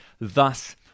thus